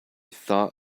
thought